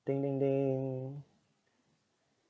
ding ding ding